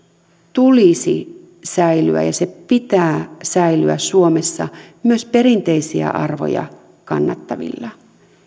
tulisi säilyä ja sen pitää säilyä suomessa myös perinteisiä arvoja kannattavilla